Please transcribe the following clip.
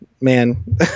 man